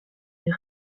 des